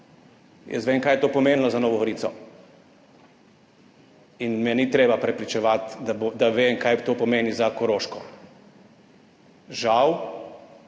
Jaz vem, kaj je to pomenilo za Novo Gorico, in me ni treba prepričevati, da vem, kaj to pomeni za Koroško. Žal